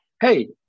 Hey